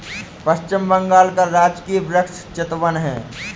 पश्चिम बंगाल का राजकीय वृक्ष चितवन है